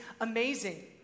amazing